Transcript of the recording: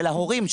של ההורים,